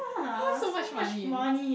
so much money